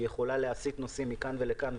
שהיא יכולה להסיט נוסעים מכאן לכאן,